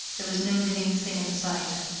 there was no living thing in sight.